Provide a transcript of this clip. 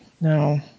No